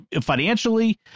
financially